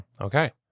Okay